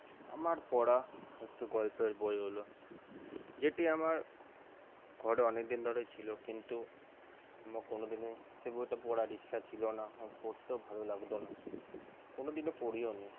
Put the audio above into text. আমার পড়া একটি গল্পের বই হল যেটি আমার ঘরে অনেকদিন ধরে ছিল কিন্তু কোনোদিনই সে বইটা পড়ার ইচ্ছা ছিলো না বা পড়তেও ভালো লাগতো না কোনোদিনও পড়িওনি